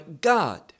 God